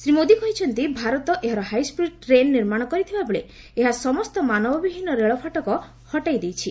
ଶ୍ରୀ ମୋଦି କହିଛନ୍ତି ଭାରତ ଏହାର high speed train ନିର୍ମାଣ କରିଥିବାବେଳେ ଏହା ସମସ୍ତ ମାନବବିହୀନ ରେଳ ଫାଟକ ହଟେଇ ଦେଇଛି